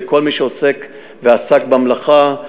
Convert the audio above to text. לכל מי שעוסק ועסק במלאכה,